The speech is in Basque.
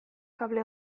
kable